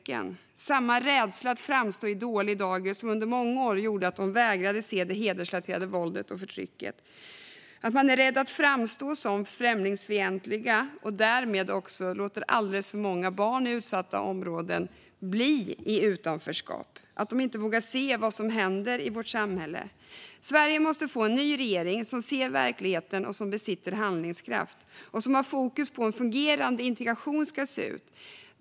Det är kanske samma rädsla att framstå i dålig dager som den som under många år gjorde att de vägrade se det hedersrelaterade våldet och förtrycket. De är kanske rädda att framstå som främlingsfientliga och låter därmed alldeles för många barn i utsatta områden förbli i utanförskap. De kanske inte vågar se vad som händer i vårt samhälle. Sverige måste få en ny regering som ser verkligheten, som besitter handlingskraft och som har fokus på hur en fungerande integration ska se ut.